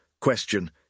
question